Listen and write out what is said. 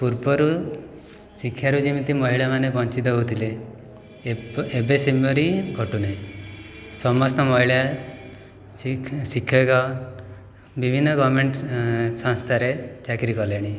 ପୂର୍ବରୁ ଶିକ୍ଷାରୁ ଯେମିତି ମହିଳାମାନେ ବଞ୍ଚିତ ହେଉଥିଲେ ଏବେ ସେପରି ଘଟୁନାହିଁ ସମସ୍ତ ମହିଳା ଶିକ୍ଷକ ବିଭିନ୍ନ ଗଭର୍ଣ୍ଣମେଣ୍ଟ ସଂସ୍ଥାରେ ଚାକିରି କଲେଣି